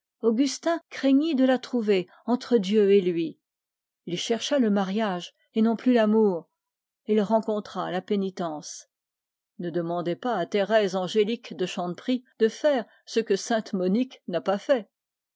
il craignit de la trouver toujours entre dieu et lui il chercha le mariage et non plus l'amour et il rencontra la pénitence ne demandez pas à thérèse angélique de chanteprie de faire ce que sainte monique n'a pas fait